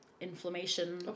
inflammation